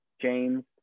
James